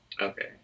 okay